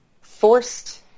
forced